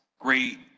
great